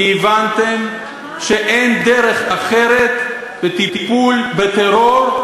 כי הבנתם שאין דרך אחרת לטיפול בטרור,